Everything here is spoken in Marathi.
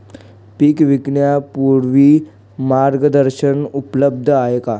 पीक विकण्यापूर्वी मार्गदर्शन उपलब्ध आहे का?